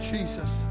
Jesus